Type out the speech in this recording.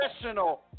professional